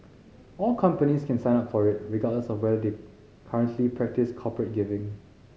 all companies can sign up for it regardless of whether they currently practise corporate giving